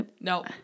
No